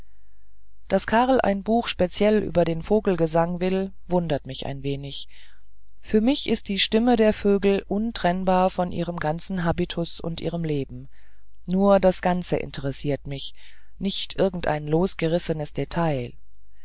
daß karl ein buch speziell über den vogelgesang will wundert mich ein wenig für mich ist die stimme der vögel untrennbar von ihrem ganzen habitus und ihrem leben nur das ganze interessiert mich nicht irgendein losgerissenes detail